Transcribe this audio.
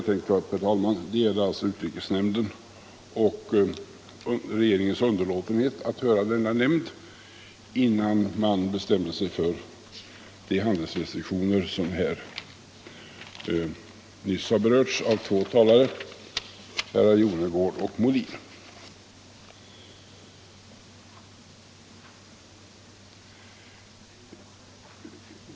Den andra frågan jag tänkte ta upp, herr talman, gäller utrikesnämnden och regeringens underlåtenhet att höra denna nämnd innan man bestämde sig för de handelsrestriktioner som nyss har berörts av två talare, herrar Jonnergård och Molin.